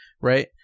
right